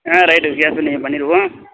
ஆ right gas welding பண்ணிடுவோம்